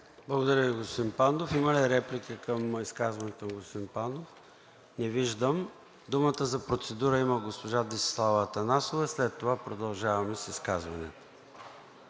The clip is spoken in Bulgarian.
Благодаря Ви, господин Пандов. Има ли реплики към изказването на господин Пандов? Не виждам. Думата за процедура има госпожа Десислава Атанасова и след това продължаваме с изказванията.